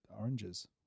oranges